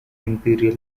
imperial